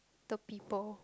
the people